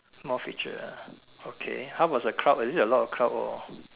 more feature ah okay how was the crowd is it a lot of crowd or